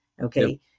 okay